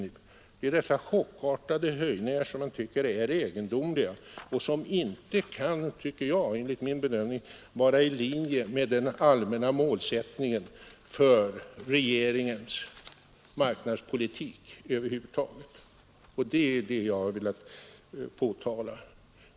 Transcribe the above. Det är dessa chockartade höjningar som man tycker är egendomliga och som enligt min bedömning inte kan vara i linje med den allmänna målsättningen för regeringens markpolitik över huvud taget. Det är detta jag har velat påtala.